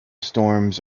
storms